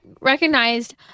recognized